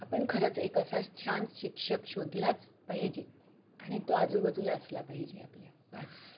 आपण खरंच एक असा छान शिक्षक शोधलाच पाहिजे आणि तो आजूबाजूला असला पाहिजे आपल्या बस